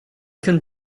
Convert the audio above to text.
can